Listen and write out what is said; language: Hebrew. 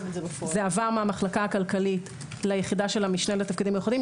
זה עבר מהמחלקה הכלכלית ליחידה של המשנה לתפקידים מיוחדים.